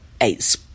eight